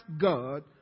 God